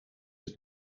het